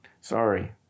Sorry